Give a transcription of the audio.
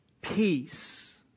peace